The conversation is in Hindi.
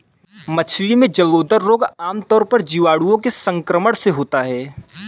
मछली में जलोदर रोग आमतौर पर जीवाणुओं के संक्रमण से होता है